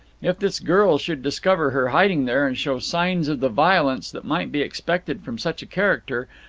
if this girl should discover her hiding there and show signs of the violence that might be expected from such a character,